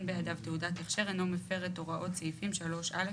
בידיו תעודת הכשר אינו מפר את הוראות סעיפים 3(ר),